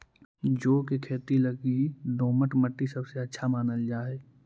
जौ के खेती लगी दोमट मट्टी सबसे अच्छा मानल जा हई